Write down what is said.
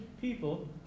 people